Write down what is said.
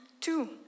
two